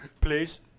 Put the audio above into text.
Please